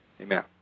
Amen